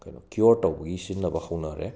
ꯀꯩꯅꯣ ꯀ꯭ꯌꯣꯔ ꯇꯧꯕꯒꯤ ꯁꯤꯖꯤꯟꯅꯕ ꯍꯧꯅꯔꯦ